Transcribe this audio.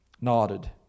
nodded